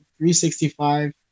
365